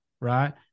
right